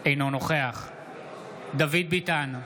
אינו נוכח דוד ביטן,